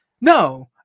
no